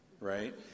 right